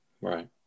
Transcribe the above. right